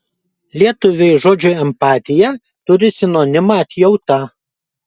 lietuviai žodžiui empatija turi sinonimą atjauta